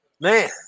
Man